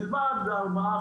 מלבד ארבעה,